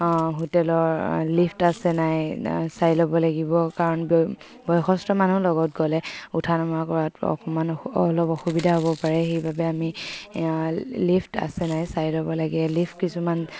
হোটেলৰ লিফ্ট আছে নাই চাই ল'ব লাগিব কাৰণ বয়সস্থ মানুহ লগত গ'লে উঠা নমা কৰাত অকমান অলপ অসুবিধা হ'ব পাৰে সেইবাবে আমি লিফ্ট আছে নাই চাই ল'ব লাগে লিফ্ট কিছুমান